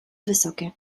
wysokie